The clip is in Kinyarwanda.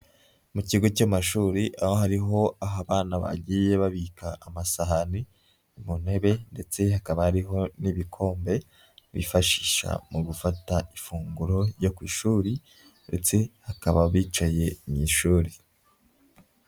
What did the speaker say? Mu kigo cy'amashuri aho hariho abana bagiye babika amasahani mu ntebe, ndetse hakaba hariho n'ibikombe, bifashisha mu gufata ifunguro ryo ku ishuri, ndetse hakaba bicaye mu ishuri.